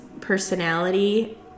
personality